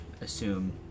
assume